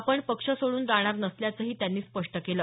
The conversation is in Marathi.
आपण पक्ष सोडून जाणार नसल्याचंही त्यांनी स्पष्ट केलं